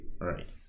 Right